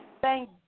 Thank